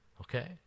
okay